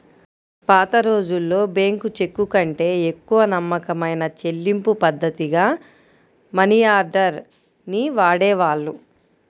పాతరోజుల్లో బ్యేంకు చెక్కుకంటే ఎక్కువ నమ్మకమైన చెల్లింపుపద్ధతిగా మనియార్డర్ ని వాడేవాళ్ళు